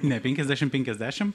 ne penkiasdešimt penkiasdešimt